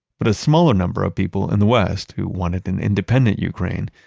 but a smaller number of people in the west, who wanted an independent ukraine,